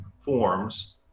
forms